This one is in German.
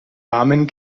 warmen